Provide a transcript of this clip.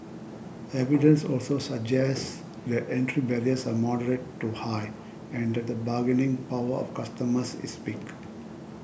evidence also suggests that entry barriers are moderate to high and the bargaining power of customers is weak